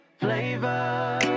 flavor